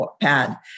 pad